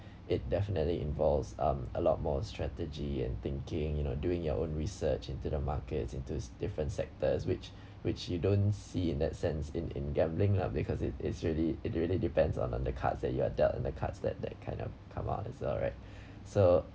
it definitely involves um a lot more strategy and thinking you know doing your own research into the markets into different sectors which which you don't see in that sense in in gambling lah because it it's really it really depends on on the cards that you are dealt the cards that that kind of come out and all right so